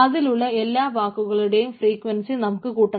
അതിലുള്ള എല്ലാ വാക്കുകളുടെയും ഫ്രീക്വൻസി നമുക്ക് കൂട്ടണം